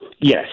Yes